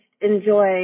enjoy